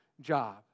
job